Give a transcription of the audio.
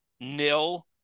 nil